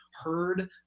heard